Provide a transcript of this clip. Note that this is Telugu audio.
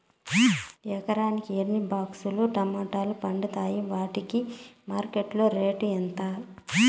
ఎకరాకి ఎన్ని బాక్స్ లు టమోటాలు పండుతాయి వాటికి మార్కెట్లో రేటు ఎంత?